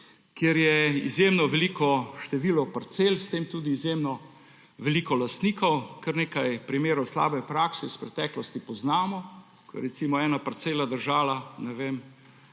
kjer je izjemno veliko število parcel, s tem tudi izjemno veliko lastnikov. Kar nekaj primerov slabe prakse iz preteklosti poznamo, recimo ko je ena parcela držala nek